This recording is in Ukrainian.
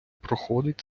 проходить